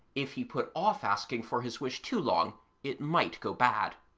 if he put off asking for his wish too long it might go bad.